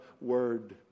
word